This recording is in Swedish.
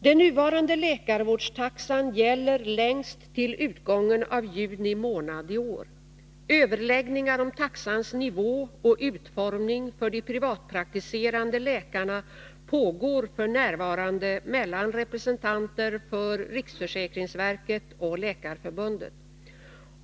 Den nuvarande läkarvårdstaxan gäller längst till utgången av juni månad i år. Överläggningar om taxans nivå och utformning för de privatpraktiserande läkarna pågår f. n. mellan representanter för riksförsäkringsverket och Läkarförbundet.